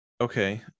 Okay